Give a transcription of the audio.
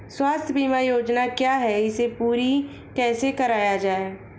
स्वास्थ्य बीमा योजना क्या है इसे पूरी कैसे कराया जाए?